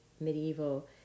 medieval